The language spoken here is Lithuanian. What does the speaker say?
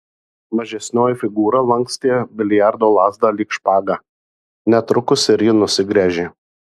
mažesnioji figūra lankstė biliardo lazdą lyg špagą netrukus ir ji nusigręžė